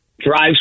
drives